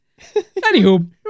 Anywho